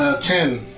Ten